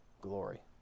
glory